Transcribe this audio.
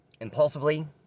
impulsively